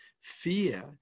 fear